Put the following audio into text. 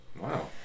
Wow